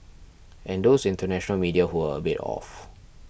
and those international media who were a bit off